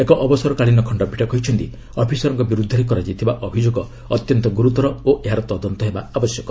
ଏକ ଅବସରକାଳୀନ ଖଣ୍ଡପୀଠ କହିଛନ୍ତି ଅଫିସରଙ୍କ ବିର୍ଦ୍ଧରେ କରାଯାଇଥିବା ଅଭିଯୋଗ ଅତ୍ୟନ୍ତ ଗ୍ରର୍ତର ଓ ଏହାର ତଦନ୍ତ ହେବା ଆବଶ୍ୟକ